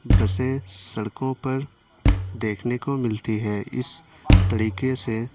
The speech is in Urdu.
بسیں سڑکوں پر دیکھنے کو ملتی ہے اس طریقے سے